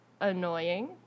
annoying